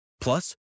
Plus